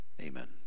amen